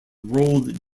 rolled